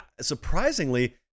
surprisingly